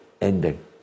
ending